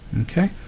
Okay